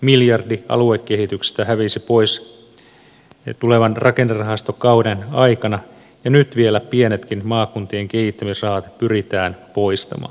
miljardi aluekehityksestä hävisi pois tulevan rakennerahastokauden aikana ja nyt vielä pienetkin maakuntien kehittämisrahat pyritään poistamaan